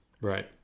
Right